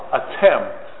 attempt